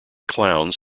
clowns